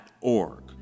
org